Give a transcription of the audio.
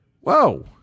Whoa